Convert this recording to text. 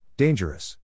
Dangerous